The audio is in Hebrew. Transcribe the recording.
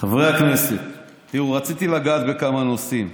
חברי הכנסת, תראו, רציתי לגעת בכמה נושאים.